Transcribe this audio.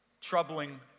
troubling